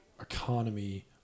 economy